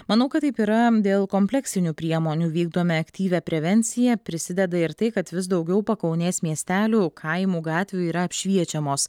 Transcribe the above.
manau kad taip yra dėl kompleksinių priemonių vykdome aktyvią prevenciją prisideda ir tai kad vis daugiau pakaunės miestelių kaimų gatvių yra apšviečiamos